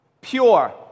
pure